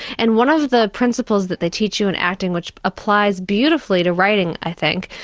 and one of the principles that they teach you in acting, which applies beautifully to writing i think,